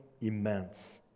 immense